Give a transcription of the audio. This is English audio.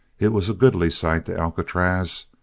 it was a goodly sight to alcatraz.